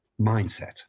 mindset